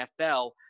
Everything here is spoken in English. NFL